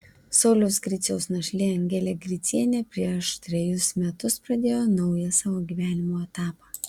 sauliaus griciaus našlė angelė gricienė prieš trejus metus pradėjo naują savo gyvenimo etapą